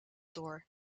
door